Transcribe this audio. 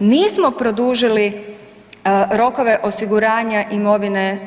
Nismo produžili rokove osiguranja imovine